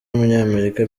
umunyamerika